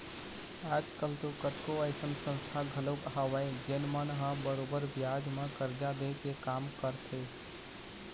आज कल तो कतको अइसन संस्था घलोक हवय जेन मन ह बरोबर बियाज म करजा दे के काम करथे